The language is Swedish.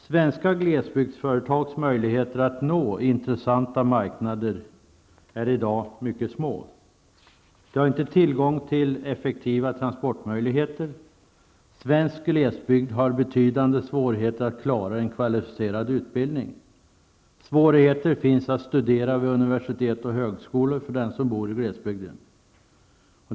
Svenska glesbygdsföretags möjligheter att nå intressanta marknader är i dag mycket små. De har inte tillgång till effektiva transportmöjligheter. Svensk glesbygd har betydande svårigheter att klara en kvalificerad utbildning. Svårigheter finns att studera vid universitet och högskolor för den som bor i glesbygden.